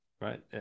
right